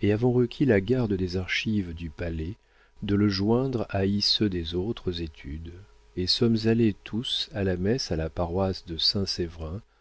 et avons requis le garde des archives du palays de le ioindre à iceux des autres estudes et sommes allés tous à la messe à la paroisse de